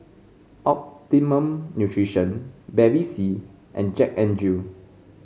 Optimum Nutrition Bevy C and Jack N Jill